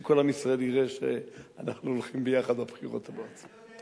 שכל עם ישראל יראה שאנחנו הולכים ביחד לבחירות הבאות.